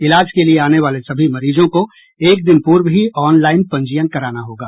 इलाज के लिये आने वाले सभी मरीजों को एक दिन पूर्व ही ऑनलाइन पंजीयन कराना होगा